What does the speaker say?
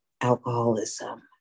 alcoholism